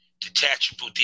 Detachable